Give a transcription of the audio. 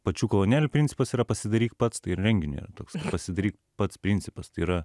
pačių kolonėlių ir principas yra pasidaryk pats renginio yra toks pasidaryk pats principas tai yra